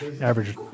Average